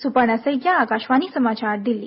सुपर्णा सेकिया आकाशवाणी समाचार दिल्ली